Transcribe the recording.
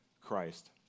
Christ